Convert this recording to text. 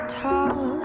tall